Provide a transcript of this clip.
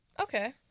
Okay